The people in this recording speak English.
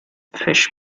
fish